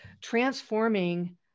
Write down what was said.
transforming